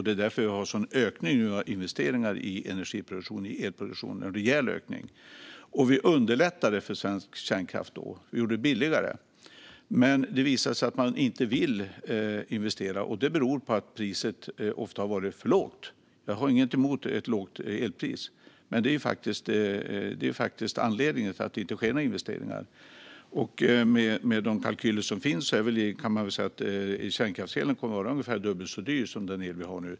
Det är därför vi nu har en sådan ökning av investeringar i energiproduktion och i elproduktion. Det är en rejäl ökning. Vi underlättade för svensk kärnkraft. Vi gjorde det billigare. Men det har visat sig att man inte vill investera, och det beror på att priset ofta har varit för lågt. Jag har inget emot ett lågt elpris, men detta är faktiskt anledningen till att det inte sker några investeringar. Med de kalkyler som finns kan man väl säga att kärnkraftselen kommer att vara ungefär dubbelt så dyr som den el vi har nu.